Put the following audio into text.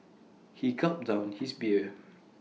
he gulped down his beer